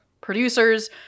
Producers